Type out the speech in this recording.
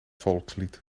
volkslied